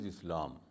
Islam